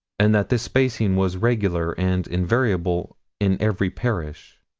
and that this spacing was regular and invariable in every parish.